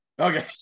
Okay